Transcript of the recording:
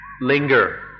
linger